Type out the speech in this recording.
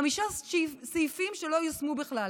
חמישה סעיפים שלא יושמו בכלל.